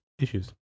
issues